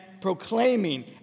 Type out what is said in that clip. proclaiming